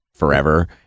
forever